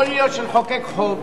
יכול להיות שנחוקק חוק,